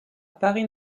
paris